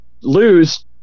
lose